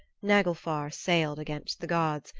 naglfar sailed against the gods,